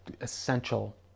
essential